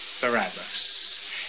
Barabbas